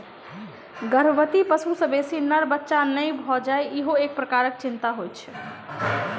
गर्भवती पशु सॅ बेसी नर बच्चा नै भ जाय ईहो एक प्रकारक चिंता होइत छै